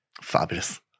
Fabulous